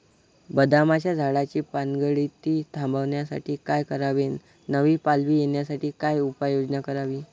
बदामाच्या झाडाची पानगळती थांबवण्यासाठी काय करावे? नवी पालवी येण्यासाठी काय उपाययोजना करावी?